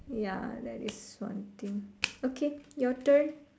ya that is one thing okay your turn